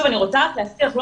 אני רוצה להזכיר שוב,